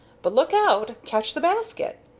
but look out! catch the basket.